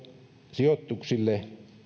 sijoituksille